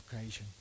occasion